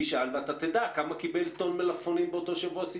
תשאל ואתה תדע כמה קיבל הסיטונאי עבור טון מלפפונים באותו שבוע.